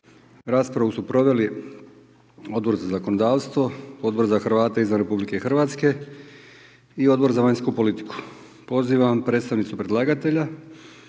raspravu su proveli Odbor za zakonodavstvo, Odbor za Hrvate izvan RH i Odbor za vanjsku politiku. Pozivam predstavnicu predlagatelja,